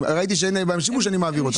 בהם וראית שאין בהם שימוש ואת מעבירה אותם.